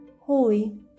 holy